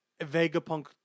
Vegapunk